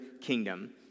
kingdom